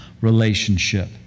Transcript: relationship